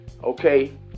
okay